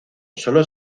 solo